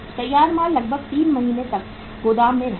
तैयार माल लगभग 3 महीने तक गोदाम में रहेगा